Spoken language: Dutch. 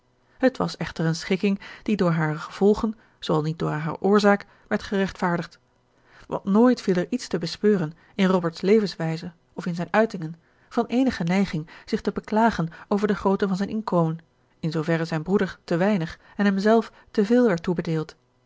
het was echter eene schikking die door hare gevolgen zooal niet door hare oorzaak werd gerechtvaardigd want nooit viel er iets te bespeuren in robert's levenswijze of in zijne uitingen van eenige neiging zich te beklagen over de grootte van zijn inkomen in zooverre zijn broeder te weinig en hemzelf te veel werd toebedeeld